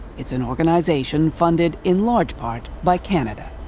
it's an organization funded in large part by canada.